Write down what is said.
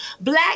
black